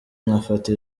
ngafata